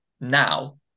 now